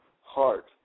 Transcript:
heart